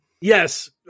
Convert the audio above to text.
Yes